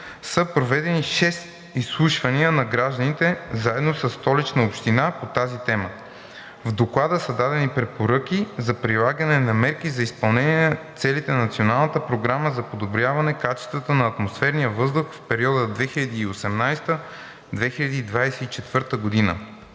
са проведени шест изслушвания на граждани заедно със Столична община по тази тема. В Доклада са дадени препоръки за прилагане на мерки за изпълнение целите от Националната програма за подобряване качеството на атмосферния въздух в периода 2018 – 2024 г.